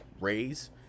raise